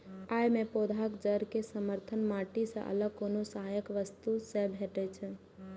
अय मे पौधाक जड़ कें समर्थन माटि सं अलग कोनो सहायक वस्तु सं भेटै छै